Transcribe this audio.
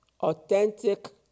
authentic